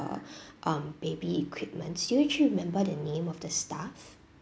um baby equipments would you remember the name of the staff